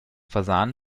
versahen